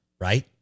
right